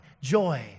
Joy